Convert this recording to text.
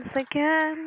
again